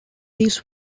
this